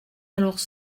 alors